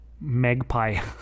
magpie